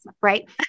right